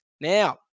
Now